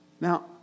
Now